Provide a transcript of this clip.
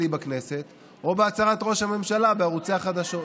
בכנסת או בהצהרת ראש הממשלה בערוצי החדשות.